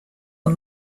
are